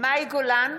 מאי גולן,